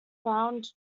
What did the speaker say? found